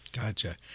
Gotcha